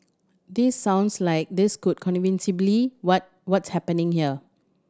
this sounds like this could what what's happening here